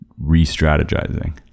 re-strategizing